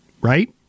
Right